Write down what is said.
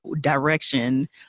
direction